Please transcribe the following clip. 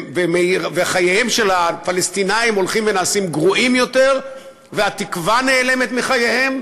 וחייהם של הפלסטינים הולכים ונעשים גרועים יותר והתקווה נעלמת מחייהם,